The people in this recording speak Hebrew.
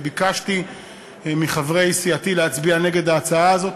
וביקשתי מחברי סיעתי להצביע נגד ההצעה הזאת,